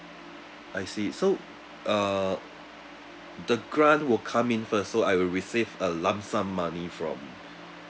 I see so uh the grant will come in first so I will receive a lump sum money from